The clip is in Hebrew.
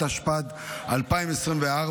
התשפ"ד 2024,